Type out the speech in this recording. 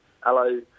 hello